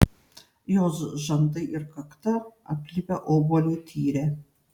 jos žandai ir kakta aplipę obuolių tyre